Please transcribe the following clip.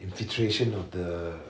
infiltration of the